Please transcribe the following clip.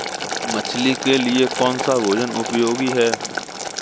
मछली के लिए कौन सा भोजन उपयोगी है?